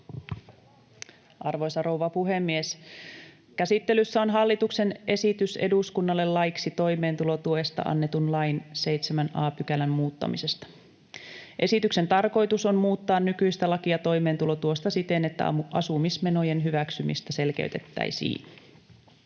Arvoisa rouva puhemies! Käsittelyssä on hallituksen esitys eduskunnalle laiksi toimeentulotuesta annetun lain 7 a §:n muuttamisesta. Esityksen tarkoitus on muuttaa nykyistä lakia toimeentulotuesta siten, että asumismenojen hyväksymistä selkeytettäisiin.